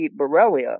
Borrelia